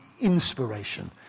inspiration